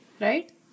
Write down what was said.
right